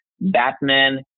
Batman